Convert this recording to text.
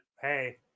hey